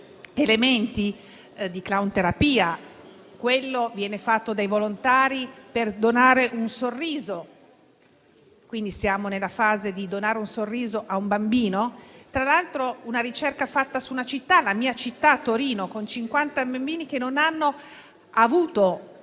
esempio la clownterapia, che viene fatta dai volontari per donare un sorriso (quindi siamo nella fase di donare un sorriso a un bambino). Tra l'altro, è una ricerca fatta sulla mia città, Torino, con cinquanta bambini che non ha avuto